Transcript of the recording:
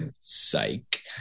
Psych